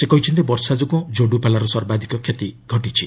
ସେ କହିଛନ୍ତି ବର୍ଷା ଯୋଗୁଁ ଯୋଡୁପାଲାର ସର୍ବାଧିକ କ୍ଷତି ଘଟିଛି